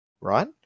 right